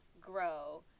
grow